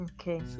okay